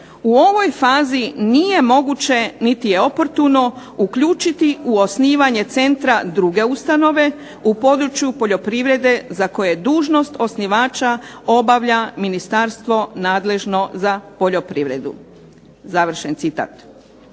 "u ovoj fazi nije moguće niti je oportuno uključiti u osnivanje Centra druge ustanove u području poljoprivrede za koje dužnost osnivača obavlja ministarstvo nadležno za poljoprivredu." Tada